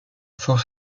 fort